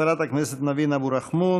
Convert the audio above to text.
חברת הכנסת ניבין אבו רחמון,